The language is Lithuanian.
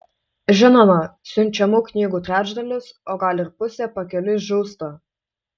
žinoma siunčiamų knygų trečdalis o gal ir pusė pakeliui žūsta